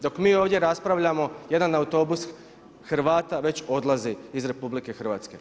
Dok mi ovdje raspravljamo jedan autobus Hrvata već odlazi iz RH.